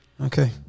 Okay